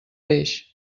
peix